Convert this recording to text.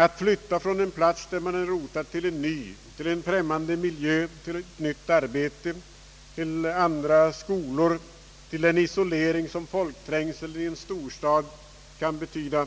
Att flytta från en plats där man är rotad till en ny, främmande miljö, till ett nytt arbete, till andra skolor eller till den isolering, som folkträngseln i en storstad kan betyda,